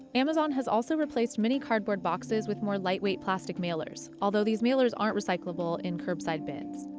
amazon has also replaced many cardboard boxes with more lightweight plastic mailers, although these mailers aren't recyclable in curbside bins.